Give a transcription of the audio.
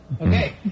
Okay